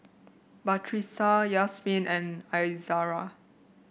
Batrisya Yasmin and Izara